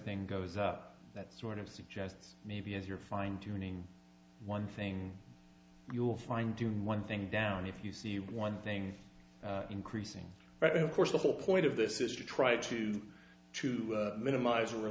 thing goes out that sort of suggests maybe as you're fine tuning one thing you'll find doing one thing down if you see one thing increasing right of course the whole point of this is to try to to minimize or